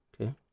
Okay